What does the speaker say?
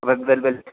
red velvet